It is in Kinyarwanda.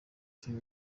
film